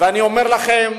אני אומר לכם,